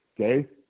Okay